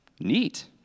Neat